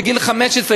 בגיל 15,